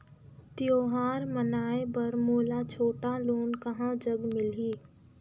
त्योहार मनाए बर मोला छोटा लोन कहां जग मिलही?